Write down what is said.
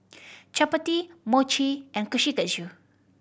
Chapati Mochi and Kushikatsu